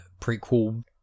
prequel